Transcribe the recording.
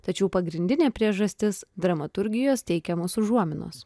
tačiau pagrindinė priežastis dramaturgijos teikiamos užuominos